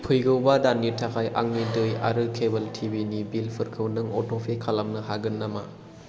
फैगौ बा दाननि थाखाय आंनि दै आरो केबोल टिभिनि बिलफोरखौ नों अट'पे खालामनो हागोन नामा